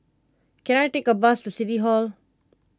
can I take a bus to City Hall